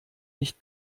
nicht